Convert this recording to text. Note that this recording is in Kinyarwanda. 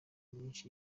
myinshi